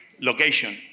location